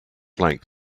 like